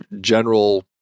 general